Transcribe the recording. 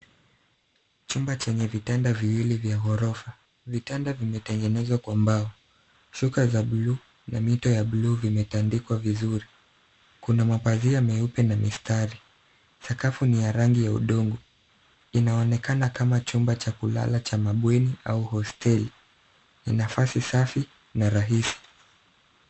Jumba chenye vitanda viwili vya gorofa, vitanda vimetengenezwa kwa mbao, shuka za bluu na mto ya bluu imetandikwa vizuri. Kuna mapazia meupe na mistari. Sakafu ni ya rangi ya udongo. Inaonekana kama jumba cha kulala cha mabweni au hosteli nafasi safi na rahizi.